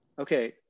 Okay